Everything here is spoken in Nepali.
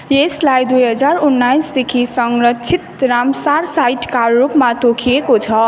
यसलाई दुई हजार उन्नाइसदेखि संरक्षित रामसार साइटका रूपमा तोकिएको छ